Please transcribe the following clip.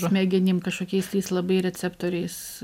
smegenim kažkokiais tais labai receptoriais